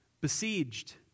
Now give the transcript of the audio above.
besieged